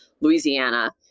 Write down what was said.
Louisiana